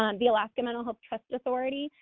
um the alaska mental health trust authority,